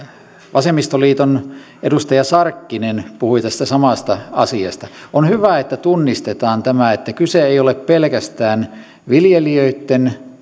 vasemmistoliiton edustaja sarkkinen puhui tästä samasta asiasta on hyvä että tunnistetaan tämä että kyse ei ole pelkästään viljelijöitten